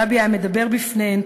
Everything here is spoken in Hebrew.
הרבי היה מדבר בפניהן,